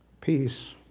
Peace